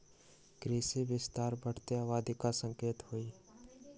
कृषि विस्तार बढ़ते आबादी के संकेत हई